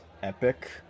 epic